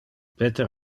peter